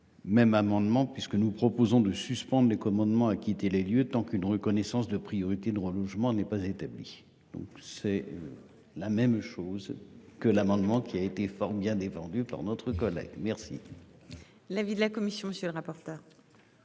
Même amendement puisque nous proposons de suspendre les commandements à quitter les lieux tant qu'une reconnaissance de priorité droits logement n'est pas établie. Donc c'est. La même chose que l'amendement qui a été fort bien défendu par notre collègue merci. L'avis de la commission. Monsieur le rapporteur.